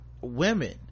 women